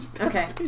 Okay